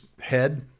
head